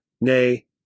nay